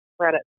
credit